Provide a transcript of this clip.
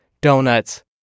donuts